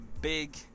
big